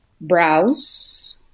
browse